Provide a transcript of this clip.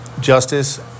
justice